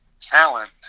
talent